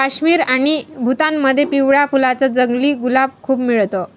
काश्मीर आणि भूतानमध्ये पिवळ्या फुलांच जंगली गुलाब खूप मिळत